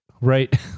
right